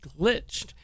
glitched